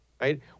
right